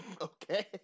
Okay